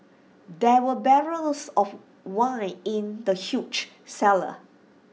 there were barrels of wine in the huge cellar